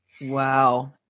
Wow